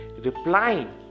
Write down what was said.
replying